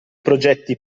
progetti